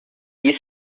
east